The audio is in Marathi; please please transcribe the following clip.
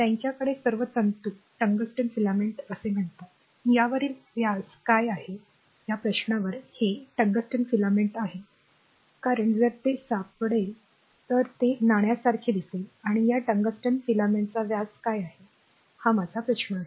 त्यांच्याकडे सर्व तंतु टंगस्टन फिलामेंट्स असे म्हणतात यावरील व्यास काय आहे या प्रश्नावर हे टंगस्टन फिलामेंट आहे कारण जर ते सापडेल तर ते नाण्यासारखे दिसेल आणि या टंगस्टन फिलामेंटचा व्यास काय आहे हा माझा प्रश्न आहे